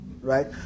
Right